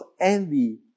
envy